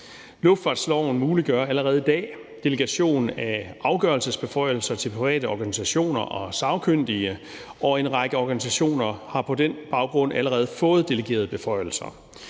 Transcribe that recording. Luftfartsloven muliggør allerede i dag delegation af afgørelsesbeføjelser til private organisationer og sagkyndige, og en række organisationer har på den baggrund allerede fået delegeret beføjelser.